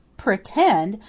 pretend!